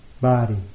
body